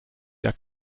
der